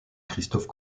christophe